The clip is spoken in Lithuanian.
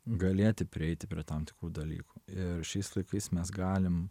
galėti prieiti prie tam tikrų dalykų ir šiais laikais mes galim